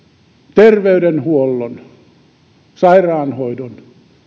terveydenhuollon sairaanhoidon